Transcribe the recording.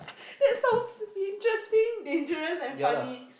that sounds interesting dangerous and funny